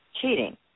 cheating